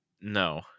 No